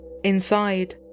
Inside